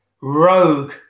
rogue